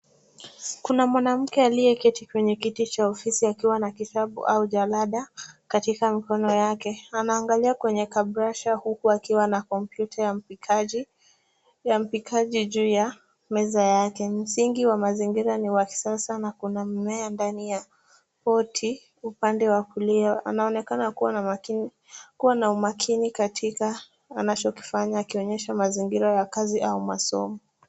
Kuna mwanamke aliyeketi kwenye kiti cha ofisi akiwa na kitabu au jalada katika mikono yake. Anaangalia kwenye kabrasha huku akiwa na kompyuta ya mpikaji juu ya meza yake. Msingi wa mazingira ni wa kisasa na kuna mmea ndani ya poti upande wa kulia. Anaonekana kuwa na umakini katika anachokifanya akionesha mazingira ya kazi au masomo.